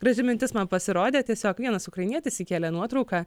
graži mintis man pasirodė tiesiog vienas ukrainietis įkėlė nuotrauką